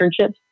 internships